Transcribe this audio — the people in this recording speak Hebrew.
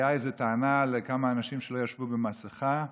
הייתה איזו טענה על כמה אנשים שישבו ללא מסכה,